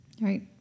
Right